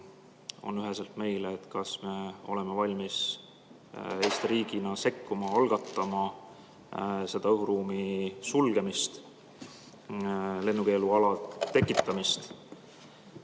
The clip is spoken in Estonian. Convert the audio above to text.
küsimus meile on, kas me oleme valmis Eesti riigina sekkuma, algatama õhuruumi sulgemist ja lennukeeluala tekitamist.